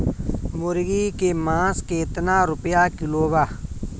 मुर्गी के मांस केतना रुपया किलो बा?